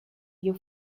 you